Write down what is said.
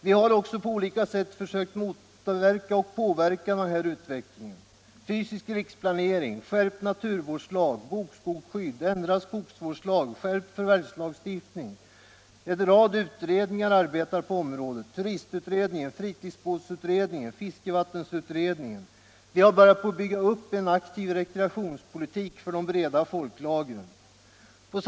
Vi har också på olika sätt sökt påverka utvecklingen — med fysisk riksplanering, skärpt naturvårdslag, bokskogsskydd, ändrad skogsvårdslag, skärpt förvärvslagstiftning. En rad utredningar arbetar på området — turistutredningen, fritidsbåtsutredningen, fiskevattensutredningen. Vi har börjat bygga upp en aktiv rekreationspolitik för de breda folklagren.